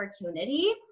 opportunity